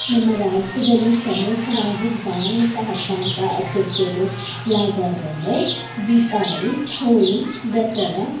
ನಮ್ಮ ರಾಜ್ಯದಲ್ಲಿ ಪ್ರಮುಖವಾಗಿ ಧಾರ್ಮಿಕ ಹಬ್ಬ ಅಂತ ಆಚರ್ಸೋದು ಯಾವ್ದು ಯಾವ್ದು ಅಂದರೆ ದೀಪಾವಳಿ ಹೋಳಿ ದಸರಾ